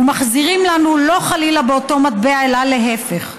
ומחזירים לנו, לא, חלילה, באותו מטבע, אלא להפך.